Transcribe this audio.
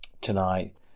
tonight